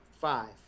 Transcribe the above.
Five